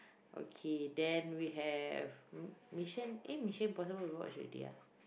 okay then we have m~ mission eh Mission-Impossible we watched already ah